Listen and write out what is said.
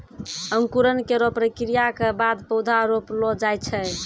अंकुरन केरो प्रक्रिया क बाद पौधा रोपलो जाय छै